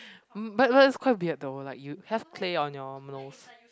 but but that's quite weird though like you have clay on your nose